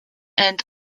and